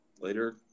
later